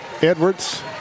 Edwards